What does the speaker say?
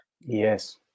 Yes